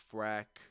Frack